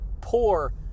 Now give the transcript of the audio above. poor